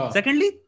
Secondly